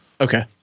okay